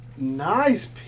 Nice